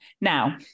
Now